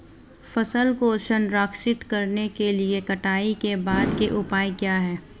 फसल को संरक्षित करने के लिए कटाई के बाद के उपाय क्या हैं?